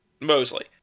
Mosley